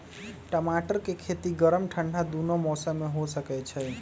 टमाटर के खेती गर्म ठंडा दूनो मौसम में हो सकै छइ